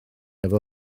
efo